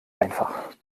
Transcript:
einfach